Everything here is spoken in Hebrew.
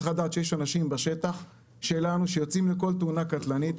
צריך לדעת שיש אנשים שלנו בשטח שיוצאים לכל תאונה קטלנית,